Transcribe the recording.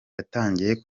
yatangiye